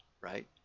right